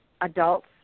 adults